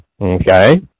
okay